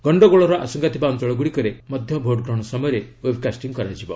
ଗଣ୍ଡଗୋଳର ଆଶଙ୍କା ଥିବା ଅଞ୍ଚଳ ଗୁଡ଼ିକରେ ମଧ୍ୟ ଭୋଟ୍ ଗ୍ରହଣ ସମୟରେ ଓ୍ବେବ୍କାଷ୍ଟିଂ କରାଯିବ